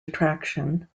attraction